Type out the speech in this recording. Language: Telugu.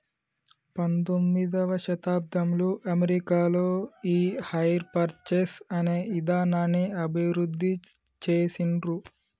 పంతొమ్మిదవ శతాబ్దంలో అమెరికాలో ఈ హైర్ పర్చేస్ అనే ఇదానాన్ని అభివృద్ధి చేసిండ్రు